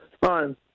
Fine